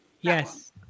Yes